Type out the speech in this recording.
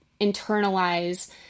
internalize